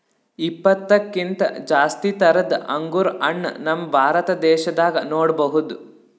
ಇಪ್ಪತ್ತಕ್ಕಿಂತ್ ಜಾಸ್ತಿ ಥರದ್ ಅಂಗುರ್ ಹಣ್ಣ್ ನಮ್ ಭಾರತ ದೇಶದಾಗ್ ನೋಡ್ಬಹುದ್